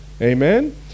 Amen